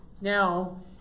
Now